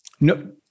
no